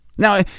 Now